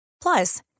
Plus